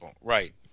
Right